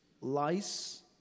lice